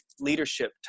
leadership